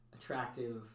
attractive